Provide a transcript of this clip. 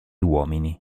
uomini